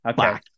okay